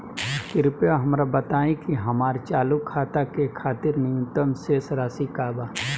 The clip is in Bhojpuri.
कृपया हमरा बताइ कि हमार चालू खाता के खातिर न्यूनतम शेष राशि का बा